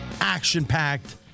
Action-packed